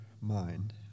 mind